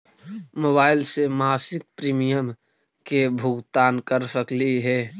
Mobile से मासिक premium के भुगतान कर सकली हे?